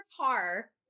car